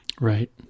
right